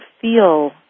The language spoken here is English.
feel